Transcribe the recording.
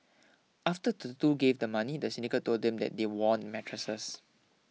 after the two gave the money the syndicate told them that they won mattresses